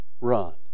run